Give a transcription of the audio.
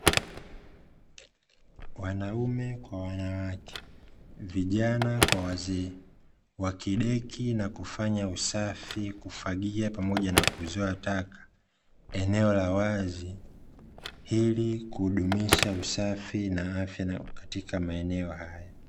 Wanaume kwa wanawake, vijana kwa wazee wakideki pamoja na kufagia na kuzoa taka eneo la wazi ili kudumisha usafi na afya katika maeneo haya.